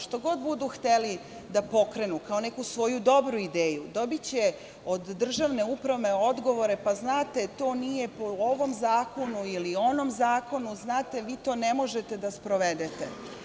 Što god budu hteli da pokrenu kao neku svoju dobru ideju, dobiće od državne uprave odgovore – pa, znate, to nije po ovom ili onom zakonu, znate, vi to ne možete da sprovedete.